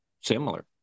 similar